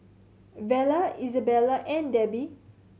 Vella Isabella and Debbi